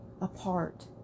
apart